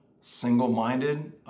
single-minded